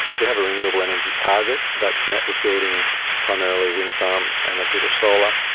we have a renewable energy target that's met with building primarily wind farms and a bit of solar,